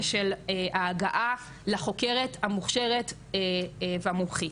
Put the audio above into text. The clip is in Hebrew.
של ההגעה לחוקרת המוכשרת והמומחית.